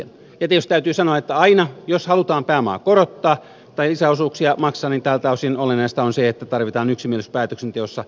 ja tietysti täytyy sanoa että aina jos halutaan pääomaa korottaa tai lisäosuuksia maksaa niin tältä osin olennaista on se että tarvitaan yksimielisyys päätöksenteossa